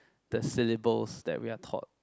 the syllabus that we are taught